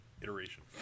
Iteration